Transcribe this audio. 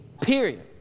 period